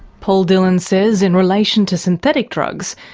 paul dillon says in relation to synthetic drugs,